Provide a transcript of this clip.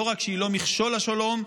לא רק שהיא לא מכשול לשלום,